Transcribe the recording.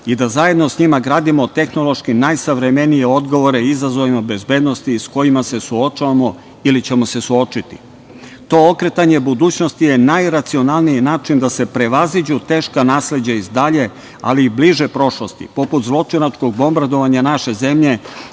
i da zajedno sa njima gradimo tehnološki najsavremenije odgovore izazovima bezbednosti sa kojima se suočavamo ili ćemo se suočiti. To okretanje budućnosti je najracionalniji način da se prevaziđu teška nasleđa iz dalje, ali i bliže prošlosti, poput zločinačkog bombardovanja naše zemlje